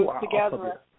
together